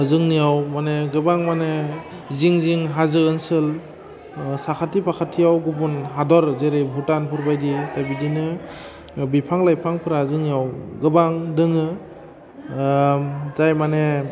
जोंनियाव माने गोबां माने जिं जिं हाजो ओनसोल साखाथि फाखाथियाव गुबुन हादर जेरै भुटानफोर बायदि बेबायदिनो बिफां लाइफांफ्रा जोंनियाव गोबां दङ जाय माने